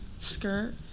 skirt